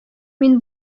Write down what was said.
мин